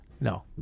No